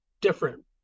different